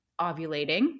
ovulating